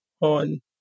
on